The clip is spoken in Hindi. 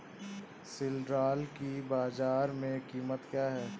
सिल्ड्राल की बाजार में कीमत क्या है?